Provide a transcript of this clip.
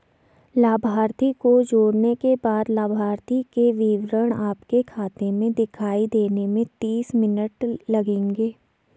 लाभार्थी को जोड़ने के बाद लाभार्थी के विवरण आपके खाते में दिखाई देने में तीस मिनट लगेंगे